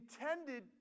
intended